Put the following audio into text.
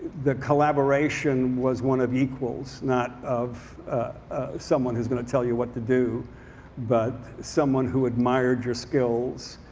the collaboration was one of equals. not of someone who's going to tell you what to do but someone who admired your skills.